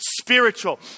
spiritual